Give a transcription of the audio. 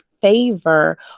favor